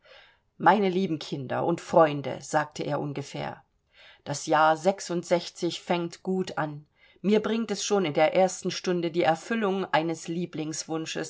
meine lieben kinder und freunde sagte er ungefähr das jahr sechsundsechzig fängt gut an mir bringt es schon in der ersten stunde die erfüllung eines